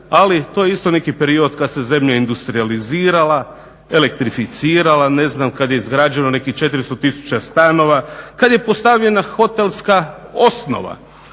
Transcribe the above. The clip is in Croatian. ali to je isto neki period kad se zemlja industrijalizirala, elekreficirala ne znam kad je izgrađeno nekih 400 tisuća stanova, kad je postavljena hotelska osnova.